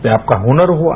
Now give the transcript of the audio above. यह आपका हुनर हुआ